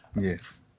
Yes